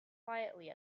quietly